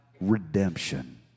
redemption